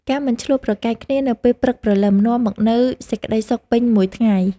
ការមិនឈ្លោះប្រកែកគ្នានៅពេលព្រឹកព្រលឹម នាំមកនូវសេចក្តីសុខពេញមួយថ្ងៃ។